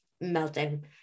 melting